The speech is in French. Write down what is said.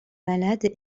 malade